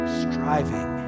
striving